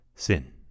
Sin